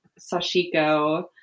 sashiko